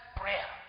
prayer